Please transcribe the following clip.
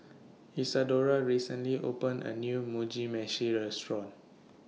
Isadora recently opened A New Mugi Meshi Restaurant